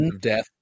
death